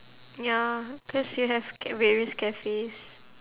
ya cause you have c~ various cafes